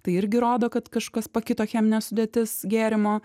tai irgi rodo kad kažkas pakito cheminė sudėtis gėrimo